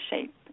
shape